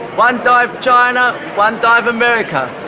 one dive china, one dive america.